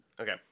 Okay